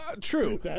True